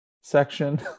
section